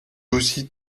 aussi